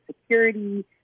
security